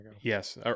Yes